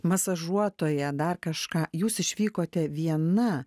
masažuotoją dar kažką jūs išvykote viena